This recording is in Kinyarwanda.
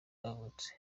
yavutse